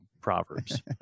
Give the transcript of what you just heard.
Proverbs